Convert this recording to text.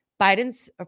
Biden's